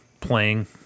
playing